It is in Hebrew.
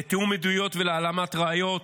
לתיאום עדויות ולהעלמת ראיות,